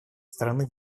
стороны